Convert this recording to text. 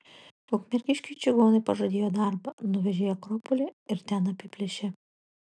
ukmergiškiui čigonai pažadėjo darbą nuvežė į akropolį ir ten apiplėšė